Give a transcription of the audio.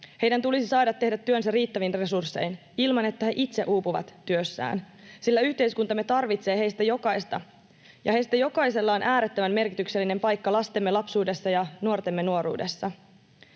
Heidän tulisi saada tehdä työnsä riittävin resurssein ilman, että he itse uupuvat työssään, sillä yhteiskuntamme tarvitsee heistä jokaista, ja heistä jokaisella on äärettömän merkityksellinen paikka lastemme lapsuudessa ja nuortemme nuoruudessa.